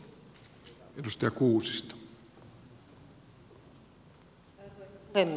arvoisa puhemies